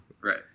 Right